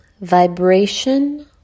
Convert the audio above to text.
vibration